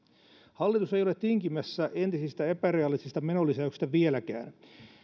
hallitus ei ole tinkimässä entisistä epärealistisista menolisäyksistä vieläkään